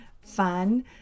Fun